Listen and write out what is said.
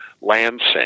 Lansing